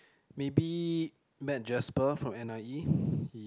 maybe met Jasper from N_I_E he